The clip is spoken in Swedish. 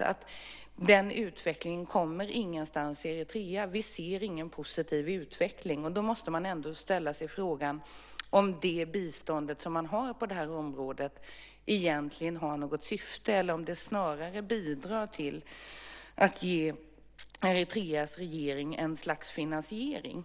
att den utvecklingen inte kommer någonstans i Eritrea. Vi ser ingen positiv utveckling, och då måste man ändå ställa sig frågan om biståndet på det området har något syfte eller om det snarare bidrar till att ge Eritreas regering något slags finansiering.